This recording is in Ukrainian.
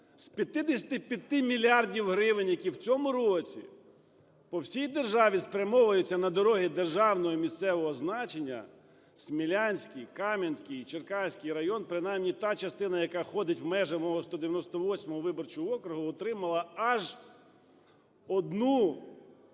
з 55 мільярдів гривень, які в цьому році по всій державі спрямовуються на дороги державного і місцевого значення, Смілянський, Кам'янський і Черкаський райони, принаймні та частина, яка входить в межі мого 198 виборчого округу, отримала аж одну десяту